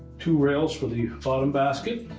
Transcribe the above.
two rails for the bottom basket.